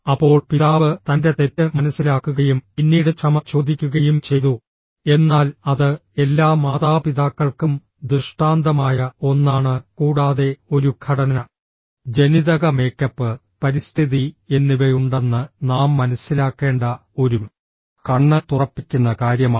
അപ്പോൾ പിതാവ് തൻ്റെ തെറ്റ് മനസ്സിലാക്കുകയും പിന്നീട് ക്ഷമ ചോദിക്കുകയും ചെയ്തു എന്നാൽ അത് എല്ലാ മാതാപിതാക്കൾക്കും ദൃഷ്ടാന്തമായ ഒന്നാണ് കൂടാതെ ഒരു ഘടന ജനിതക മേക്കപ്പ് പരിസ്ഥിതി എന്നിവയുണ്ടെന്ന് നാം മനസ്സിലാക്കേണ്ട ഒരു കണ്ണ് തുറപ്പിക്കുന്ന കാര്യമാണ്